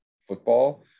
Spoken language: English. football